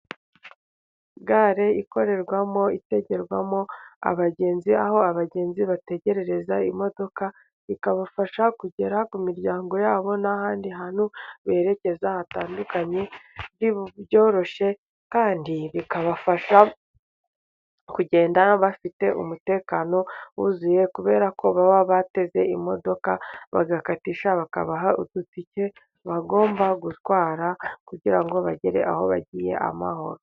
Gare ikorerwamo, itegerwamo abagenzi, aho abagenzi bategereza imodoka ikabafasha kugera ku miryango yabo, n'ahandi hantu berekeza hatandukanye byoroshye, kandi bikabafasha kugenda bafite umutekano wuzuye, kubera ko baba bateze imodoka bagakatisha, bakabaha udutike bagomba gutwara, kugira bagere aho bagiye amahoro.